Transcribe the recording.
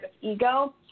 ego